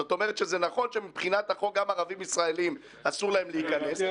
זאת אומרת שזה נכון שמבחינת החוק גם ערבים ישראלים אסור להם להיכנס,